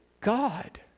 God